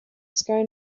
sky